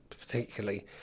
particularly